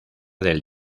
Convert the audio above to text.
del